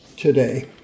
today